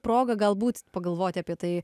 proga galbūt pagalvoti apie tai